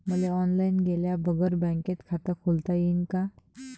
मले ऑनलाईन गेल्या बगर बँकेत खात खोलता येईन का?